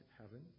heaven